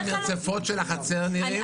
איך המרצפות של החצר נראים.